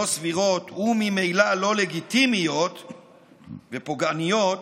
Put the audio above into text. לא סבירות וממילא לא לגיטימיות ופוגעניות,